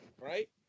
Right